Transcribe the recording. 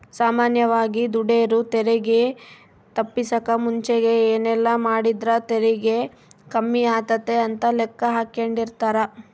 ಸಾಮಾನ್ಯವಾಗಿ ದುಡೆರು ತೆರಿಗೆ ತಪ್ಪಿಸಕ ಮುಂಚೆಗೆ ಏನೆಲ್ಲಾಮಾಡಿದ್ರ ತೆರಿಗೆ ಕಮ್ಮಿಯಾತತೆ ಅಂತ ಲೆಕ್ಕಾಹಾಕೆಂಡಿರ್ತಾರ